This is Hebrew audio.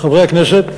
חברי הכנסת,